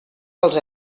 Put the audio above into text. als